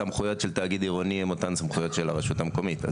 הסמכויות של תאגיד עירוני הן אותן סמכויות של הרשות המקומית.